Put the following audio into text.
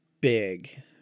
big